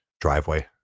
driveway